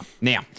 Now